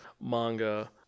Manga